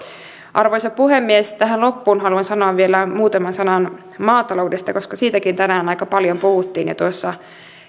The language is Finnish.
arvoisa puhemies tähän loppuun haluan sanoa vielä muutaman sanan maataloudesta koska siitäkin tänään aika paljon puhuttiin jo tuossa